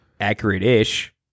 Accurate-ish